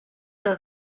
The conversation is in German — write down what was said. der